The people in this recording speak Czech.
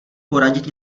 poradit